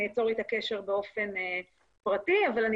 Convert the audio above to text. אני אצור איתה קשר באופן פרטי אבל אני